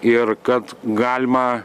ir kad galima